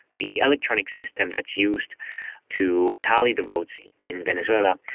the electronic system that's used to tally the votes in venezuela,